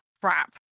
crap